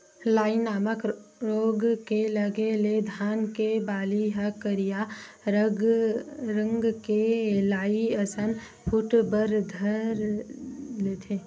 लाई नामक रोग के लगे ले धान के बाली ह करिया रंग के लाई असन फूट बर धर लेथे